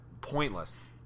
pointless